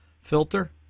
filter